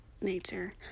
nature